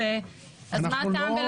אז מה הטעם?